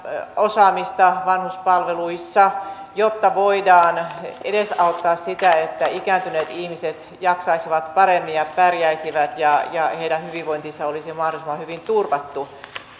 osaamista tarvitaan vanhuspalveluissa jotta voidaan edesauttaa sitä että ikääntyneet ihmiset jaksaisivat paremmin ja pärjäisivät ja ja heidän hyvinvointinsa olisi mahdollisimman hyvin turvattu